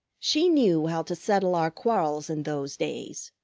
she knew how to settle our quarrels in those days.